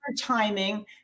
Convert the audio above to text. timing